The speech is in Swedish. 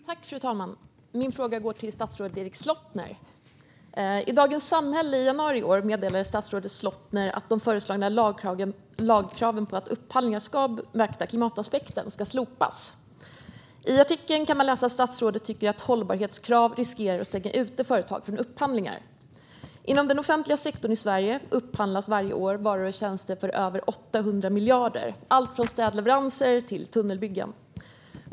Fru talman! Min fråga går till statsrådet Erik Slottner. I Dagens Samhälle i januari i år meddelade statsrådet Slottner att de föreslagna lagkraven på att upphandlingar ska beakta klimataspekten ska slopas. I artikeln kan man läsa att statsrådet tycker att hållbarhetskrav riskerar att stänga ute företag från upphandlingar. Inom den offentliga sektorn i Sverige upphandlas varje år varor och tjänster för över 800 miljarder - allt från städleveranser till tunnelbyggen.